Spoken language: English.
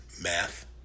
Math